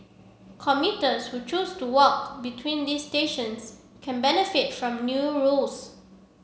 commuters who choose to walk between these stations can benefit from new rules